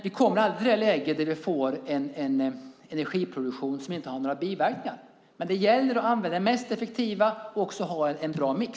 Vi kommer aldrig till det läge där vi får en energiproduktion som inte har några biverkningar. Men det gäller att använda det mest effektiva och att ha en bra mix.